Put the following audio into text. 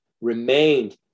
remained